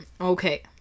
okay